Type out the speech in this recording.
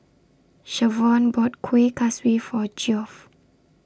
Shavonne bought Kuih Kaswi For Geoff